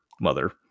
mother